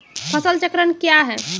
फसल चक्रण कया हैं?